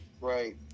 right